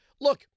look